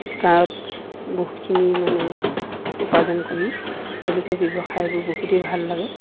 গাঁৱত বহুতখিনি মানে উপাৰ্জন কৰি তেওঁলোকে ব্যৱসায়বোৰ বহুতেই ভাল লাগে